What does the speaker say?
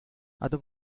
other